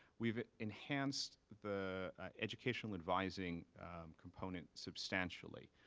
we have enhanced the educational advising component substantially.